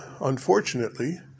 unfortunately